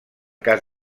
cas